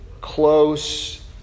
close